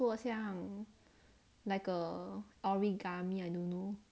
做像 like a origami I don't know